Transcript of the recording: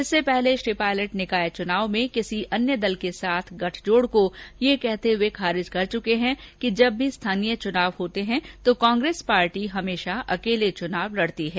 इससे पहले श्री पायलट निकाय चुनाव में किसी अन्य दल के साथ गठजोड़ को यह कहते हुए खारिज कर चुके हैं कि जब भी स्थानीय चुनाव होते हैं तो कांग्रेस पार्टी हमेशा अकेले चुनाव लड़ती है